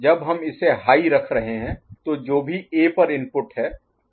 जब हम इसे हाई रख रहे हैं तो जो भी ए पर इनपुट है